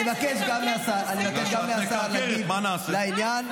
אני מבקש גם מהשר להגיב לעניין.